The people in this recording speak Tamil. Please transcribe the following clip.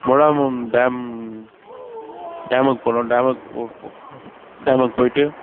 மொழாமும் டேம் டேமுக்கு போனோம் டேமுக்கு போ போ டேமுக்கு போயிட்டு